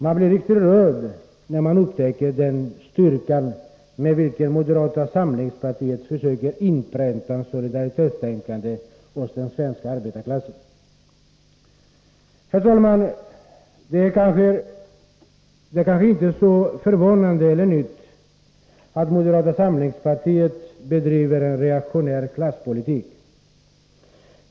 Man blir riktigt rörd när man upptäcker den styrka med vilken moderata samlingspartiet försöker inpränta solidaritetstänkande hos den svenska arbetarklassen. Herr talman! Det är kanske inte så förvånande eller nytt att moderata samlingspartiet bedriver en reaktionär klasspolitik.